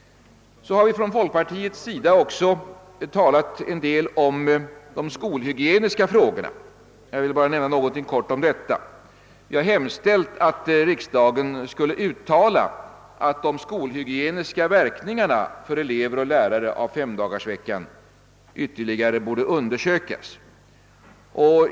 Från folkpartiets sida har vi också talat en del om de skolhygieniska frågorna. Jag vill bara helt kort nämna något om detta spörsmål. Vi har hemställt att riksdagen skulle uttala att de skolhygieniska verkningarna för elever och lärare av femdagarsvecka ytterligare borde undersökas.